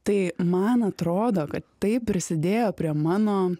tai man atrodo kad tai prisidėjo prie mano